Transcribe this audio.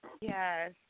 Yes